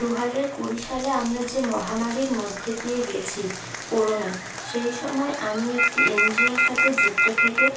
দুহাজার কুড়ি সালে আমরা যে মহামারীর মধ্যে দিয়ে গিয়েছি করোনা সেই সময় আমি একটি এনজিওর সাথে যুক্ত থেকে